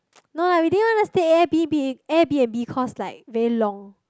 no leh we didn't even stay Airbnb Airbnb cause like very long